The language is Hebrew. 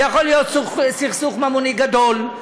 זה יכול להיות סכסוך ממוני גדול,